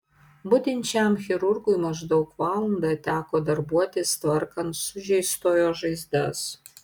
budinčiam chirurgui maždaug valandą teko darbuotis tvarkant sužeistojo žaizdas